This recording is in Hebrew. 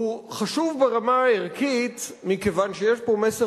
הוא חשוב ברמה הערכית מכיוון שיש פה מסר